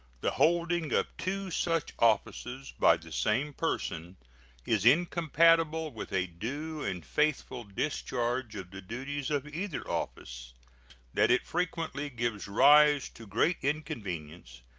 the holding of two such offices by the same person is incompatible with a due and faithful discharge of the duties of either office that it frequently gives rise to great inconvenience,